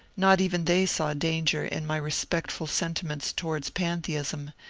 not even they saw danger in my respectful sentiments towards pantheism,